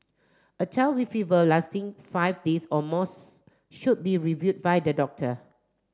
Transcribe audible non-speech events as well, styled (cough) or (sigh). a child with fever lasting five days or more (unintelligible) should be review by the doctor